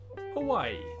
Hawaii